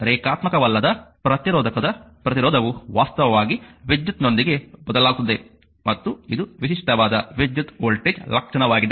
ಆದ್ದರಿಂದ ರೇಖಾತ್ಮಕವಲ್ಲದ ಪ್ರತಿರೋಧಕದ ಪ್ರತಿರೋಧವು ವಾಸ್ತವವಾಗಿ ವಿದ್ಯುತ್ನೊಂದಿಗೆ ಬದಲಾಗುತ್ತದೆ ಮತ್ತು ಇದು ವಿಶಿಷ್ಟವಾದ ವಿದ್ಯುತ್ ವೋಲ್ಟೇಜ್ ಲಕ್ಷಣವಾಗಿದೆ